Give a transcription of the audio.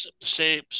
say